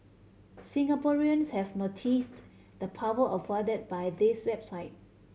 Singaporeans have noticed the power afforded by this website